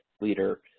leader